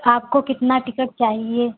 आपको कितना टिकट चाहिए